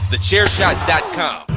TheChairShot.com